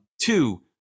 Two